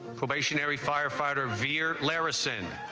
probationary firefighter veer larisa and